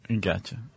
Gotcha